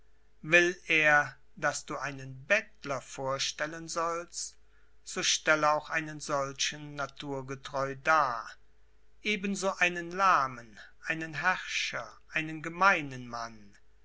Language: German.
will er daß du einen bettler vorstellen sollst so stelle auch einen solchen naturgetreu dar ebenso einen lahmen einen herrscher einen gemeinen mann